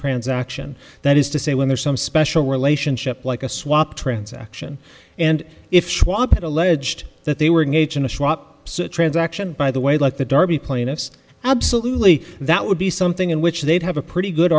transaction that is to say when there's some special relationship like a swap transaction and if schwab had alleged that they were in a swap transaction by the way like the darby plaintiffs absolutely that would be something in which they'd have a pretty good